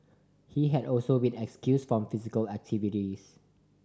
he had also been excused from physical activities